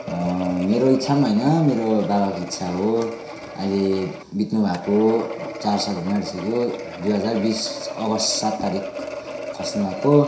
मेरो इच्छा पनि होइन मेरो बाबाको इच्छा हो अहिले बित्नुभएको चार साल हुन आँटिसक्यो दुई हजार बिस अगस्त सात तारिक खस्नुभएको